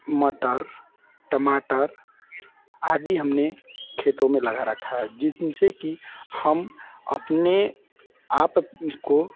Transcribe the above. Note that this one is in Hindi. मटर टमाटर आदी हमने खेतों में लगा रखा है जिनसे की हम अपने आपको